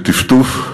בטפטוף,